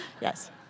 Yes